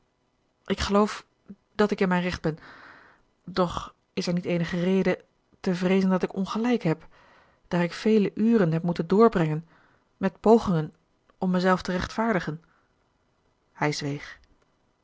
ik geloof dat ik in mijn recht ben doch is er niet eenige reden te vreezen dat ik ongelijk heb daar ik vele uren heb moeten doorbrengen met pogingen om mijzelf te rechtvaardigen hij zweeg